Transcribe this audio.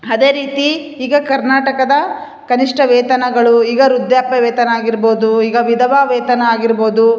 ಅದೆ ರೀತಿ ಈಗ ಕರ್ನಾಟಕದ ಕನಿಷ್ಠ ವೇತನಗಳು ಈಗ ವೃದ್ದಾಪ್ಯ ವೇತನ ಆಗಿರ್ಬೋದು ಈಗ ವಿಧವಾ ವೇತನ ಆಗಿರ್ಬೋದು